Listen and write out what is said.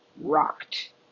rocked